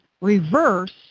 reverse